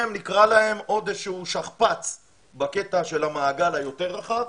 נקרא להם עוד איזשהו שכפ"צ בקטע של המעגל היותר רחב